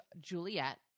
Juliet